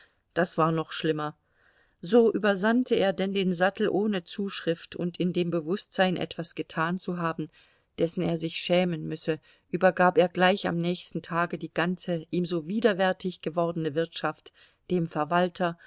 das war noch schlimmer so übersandte er denn den sattel ohne zuschrift und in dem bewußtsein etwas getan zu haben dessen er sich schämen müsse übergab er gleich am nächsten tage die ganze ihm so widerwärtig gewordene wirtschaft dem verwalter